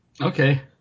Okay